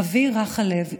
אבי רך הלב,